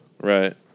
Right